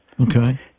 Okay